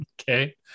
Okay